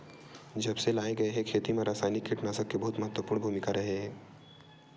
जब से लाए गए हे, खेती मा रासायनिक कीटनाशक के बहुत महत्वपूर्ण भूमिका रहे हे